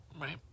Right